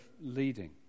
leading